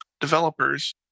developers